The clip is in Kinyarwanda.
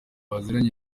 baziranye